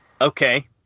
Okay